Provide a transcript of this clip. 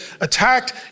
attacked